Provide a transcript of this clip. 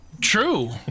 True